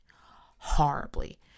Horribly